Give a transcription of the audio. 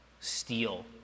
steel